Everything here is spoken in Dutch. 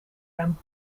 hem